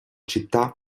città